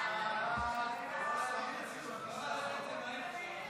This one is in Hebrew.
חוק העונשין (תיקון מס' 140,